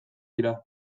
dira